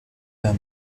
der